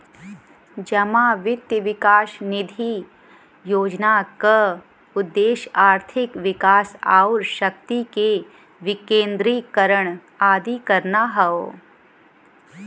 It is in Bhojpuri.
जमा वित्त विकास निधि योजना क उद्देश्य आर्थिक विकास आउर शक्ति क विकेन्द्रीकरण आदि करना हौ